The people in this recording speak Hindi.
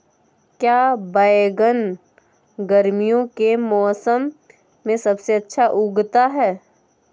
क्या बैगन गर्मियों के मौसम में सबसे अच्छा उगता है?